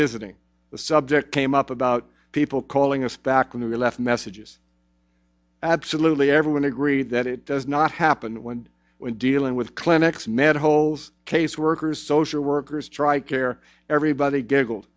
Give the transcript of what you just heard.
visiting the subject came up about people calling us back when we left messages absolutely everyone agreed that it does not happen when we're dealing with clinics manholes caseworkers social workers tri care everybody giggled